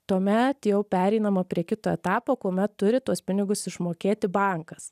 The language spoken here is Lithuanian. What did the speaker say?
tuomet jau pereinama prie kito etapo kuomet turi tuos pinigus išmokėti bankas